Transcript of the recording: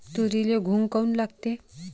तुरीले घुंग काऊन लागते?